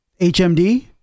HMD